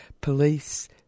police